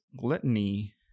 gluttony